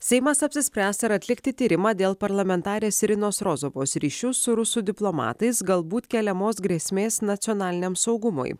seimas apsispręs ar atlikti tyrimą dėl parlamentarės irinos rozovos ryšių su rusų diplomatais galbūt keliamos grėsmės nacionaliniam saugumui